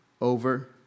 over